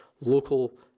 local